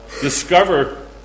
discover